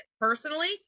personally